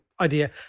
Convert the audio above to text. idea